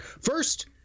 First